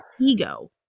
ego